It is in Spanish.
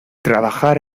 trabajar